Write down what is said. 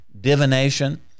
divination